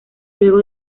luego